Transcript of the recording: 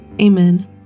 Amen